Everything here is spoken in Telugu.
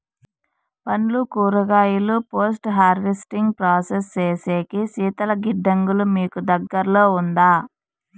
పండ్లు కూరగాయలు పోస్ట్ హార్వెస్టింగ్ ప్రాసెస్ సేసేకి శీతల గిడ్డంగులు మీకు దగ్గర్లో ఉందా?